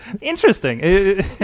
interesting